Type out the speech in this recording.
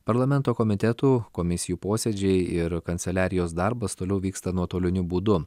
parlamento komitetų komisijų posėdžiai ir kanceliarijos darbas toliau vyksta nuotoliniu būdu